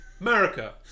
America